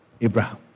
Abraham